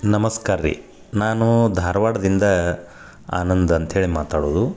ನಮಸ್ಕಾರ ರೀ ನಾನು ಧಾರವಾಡದಿಂದ ಆನಂದ್ ಅಂತೇಳಿ ಮಾತಾಡುದು